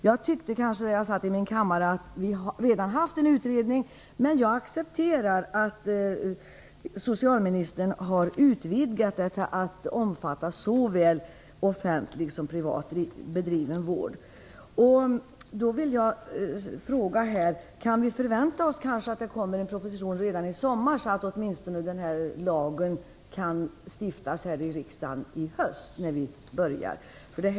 Jag tycker kanske att vi redan har haft en utredning, men jag accepterar att socialministern har utvidgat det till att omfatta såväl offentligt som privat bedriven vård. Jag vill då fråga: Kan vi förvänta oss att det kommer en proposition redan i sommar, så att lagen åtminstone kan stiftas här i riksdagen i höst när vi börjar arbeta?